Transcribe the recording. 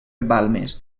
balmes